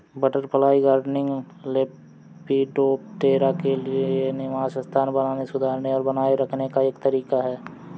butterfly gardening, lepidoptera के लिए निवास स्थान बनाने, सुधारने और बनाए रखने का एक तरीका है